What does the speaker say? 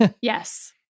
Yes